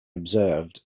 observed